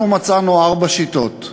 אנחנו מצאנו ארבע שיטות: